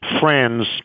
friends